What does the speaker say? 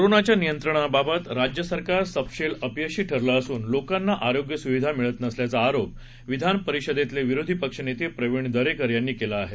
कोरोनाच्या नियंत्रणाबाबत राज्य सरकार सपशेल अपयशी ठरले असून लोकांना आरोग्य सुविधा मिळत नसल्याचा आरोप विधान परिषदेतले विरोधी पक्षनेते प्रवीण दरेकर यांनी केला आहे